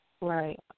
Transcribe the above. Right